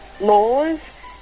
laws